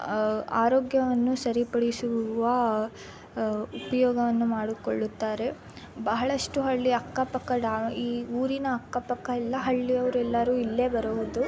ಆರೋಗ್ಯವನ್ನು ಸರಿಪಡಿಸುವ ಉಪಯೋಗವನ್ನು ಮಾಡಿಕೊಳ್ಳುತ್ತಾರೆ ಬಹಳಷ್ಟು ಹಳ್ಳಿಯ ಅಕ್ಕಪಕ್ಕ ಈ ಊರಿನ ಅಕ್ಕಪಕ್ಕ ಎಲ್ಲ ಹಳ್ಳಿಯವರೆಲ್ಲರೂ ಇಲ್ಲೇ ಬರುವುದು